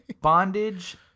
Bondage